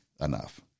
enough